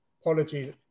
Apologies